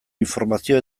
informazio